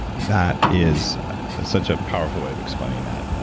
that is such a powerful way of explaining that.